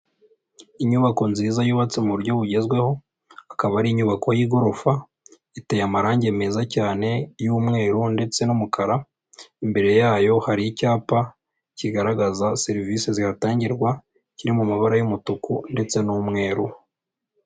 Inyubako nziza yubatse mu buryo bugezweho, akaba ari inyubako y'igorofa, iteye amarangi meza cyane y'umweru ndetse n'umukara, imbere yayo hari icyapa kigaragaza serivisi zihatangirwa, kiri mu mabara y'umutuku ndetse n'umweru.